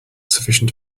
sufficient